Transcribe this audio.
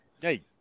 Hey